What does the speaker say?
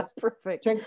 Perfect